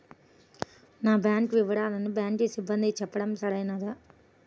నా బ్యాంకు వివరాలను బ్యాంకు సిబ్బందికి చెప్పడం సరైందేనా?